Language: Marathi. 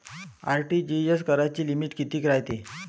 आर.टी.जी.एस कराची लिमिट कितीक रायते?